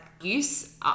use